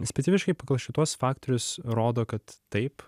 specifiškai pagal šituos faktorius rodo kad taip